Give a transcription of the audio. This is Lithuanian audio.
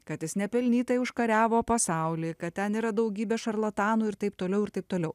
kad jis nepelnytai užkariavo pasaulį kad ten yra daugybė šarlatanų ir taip toliau ir taip toliau